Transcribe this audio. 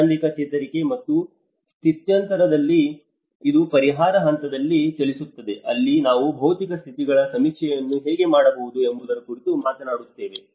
ಆರಂಭಿಕ ಚೇತರಿಕೆ ಮತ್ತು ಸ್ಥಿತ್ಯಂತರದಲ್ಲಿ ಇದು ಪರಿಹಾರ ಹಂತದಿಂದ ಚಲಿಸುತ್ತದೆ ಅಲ್ಲಿ ನಾವು ಭೌತಿಕ ಸ್ಥಿತಿಗಳ ಸಮೀಕ್ಷೆಯನ್ನು ಹೇಗೆ ಮಾಡಬಹುದು ಎಂಬುದರ ಕುರಿತು ಮಾತನಾಡುತ್ತೇವೆ